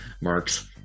Marks